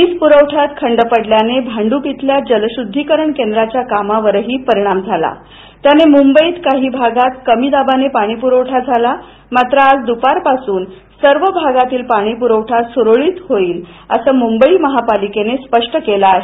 वीज पुरवठा खंडित झाल्यानं भांडुप शिल्या जलशुद्दीकरण केंद्राच्या कामावर परिणाम झाला त्याने मुंबईतील काही भागात कमी दाबाने पाणीपुरवठा झाला मात्र आज दुपारपासून सर्व भागातील पाणीपुरवठा सुरळीत होईल असे मुंबई महापालिकेचे स्पष्ट केला आहे